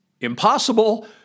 impossible